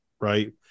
right